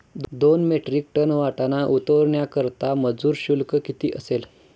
दोन metric tonne वाटाणा उतरवण्याकरता मजूर शुल्क किती असेल?